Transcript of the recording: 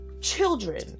children